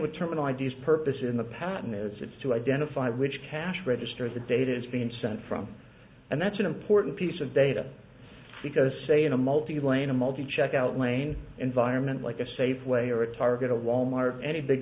what terminal i d s purpose in the pattern is it's to identify which cash registers the data is being sent from and that's an important piece of data because say in a multi lane a multi checkout lane environment like a safeway or a target a wal mart any big